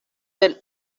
del